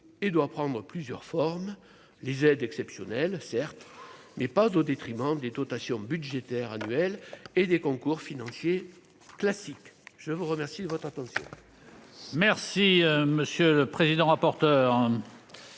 et doit prendre plusieurs formes : les aides exceptionnelles certes mais pas au détriment des dotations budgétaires annuelles et des concours financiers classiques, je vous remercie de votre attention. Merci monsieur le Président, rapporteur.